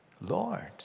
Lord